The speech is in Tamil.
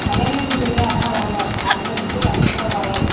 கல்யாண வீட்டுக்கு போய்ட்டேன் அதான் வரல அடுத்த ட்ரிப்பு கண்டிப்பாக வர்றேன்